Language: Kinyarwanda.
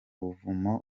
buvumo